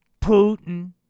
Putin